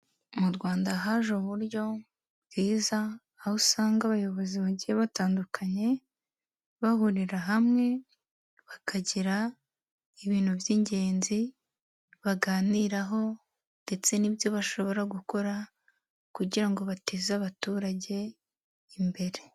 Mu Rwanda haje uburyo bwiza, aho usanga abayobozi bagiye batandukanye bahurira hamwe, bakagira ibintu by'ingenzi baganiraho, ndetse n'ibyo bashobora gukora kugira ngo bateze abaturage imbere.